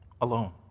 alone